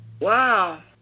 Wow